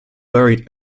buried